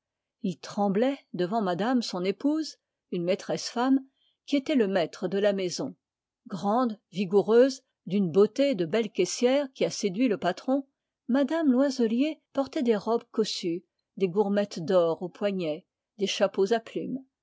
il tremblait devant madame son épouse une maîtresse femme qui était le maître de la maison grande vigoureuse mme loiselier portait des robes cossues des gourmettes d'or aux poignets des chapeaux à plumes